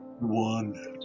One